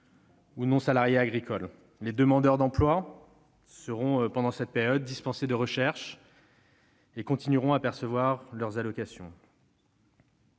ou non-salariés agricoles. Quant aux demandeurs d'emploi, ils seront, pendant cette période, dispensés de recherche mais continueront de percevoir leurs allocations.